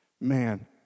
Man